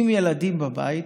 עם ילדים בבית,